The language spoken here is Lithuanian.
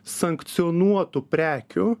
sankcionuotų prekių